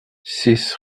six